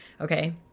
Okay